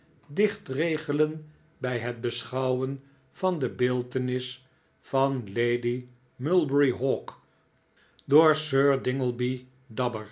dichtregelen bij het beschouwen van de beeltenis van lady mulberry hawk door